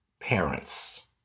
parents